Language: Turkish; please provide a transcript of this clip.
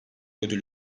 ödül